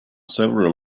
several